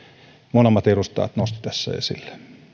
molemmat edustajat nostivat tässä esille